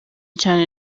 cyane